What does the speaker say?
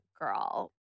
Girl